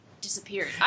disappeared